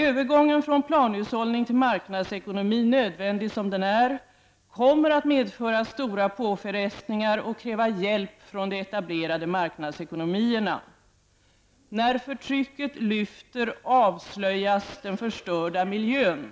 Övergången från planhushållning till marknadsekonomi, nödvändig som den är, kommer att medföra stora påfrestningar och kräva hjälp från de etablerade marknadsekonomierna. När förtrycket lyfter avslöjas den förstörda miljön.